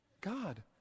God